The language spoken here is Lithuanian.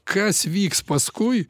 kas vyks paskui